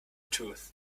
tooth